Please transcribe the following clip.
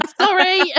sorry